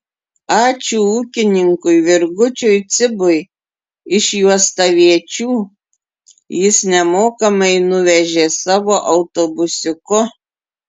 ačiū ūkininkui virgučiui cibui iš juostaviečių jis nemokamai nuvežė savo autobusiuku